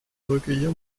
recueillir